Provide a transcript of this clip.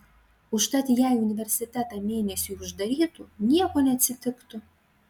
užtat jei universitetą mėnesiui uždarytų nieko neatsitiktų